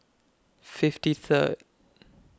fifty Third